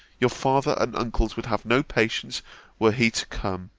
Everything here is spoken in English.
your father and uncles would have no patience were he to come.